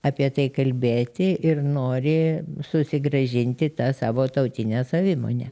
apie tai kalbėti ir nori susigrąžinti tą savo tautinę savimonę